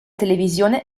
televisione